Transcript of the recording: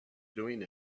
doing